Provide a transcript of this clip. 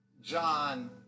John